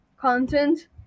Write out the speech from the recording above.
content